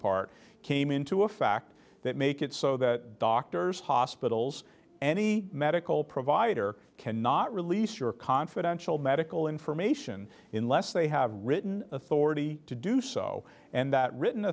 part came into effect that make it so that doctors hospitals any medical provider cannot release your confidential medical information in less they have written authority to do so and that written